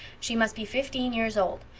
she must be fifteen yers old.